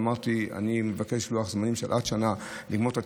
אמרתי: אני מבקש לוח זמנים של עד שנה לגמור את התכנון,